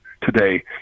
today